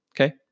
okay